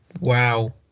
Wow